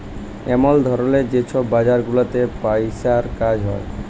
এমল ধরলের যে ছব বাজার গুলাতে পইসার কাজ হ্যয়